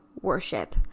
worship